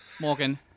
Morgan